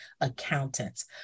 Accountants